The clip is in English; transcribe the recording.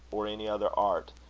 or any other art,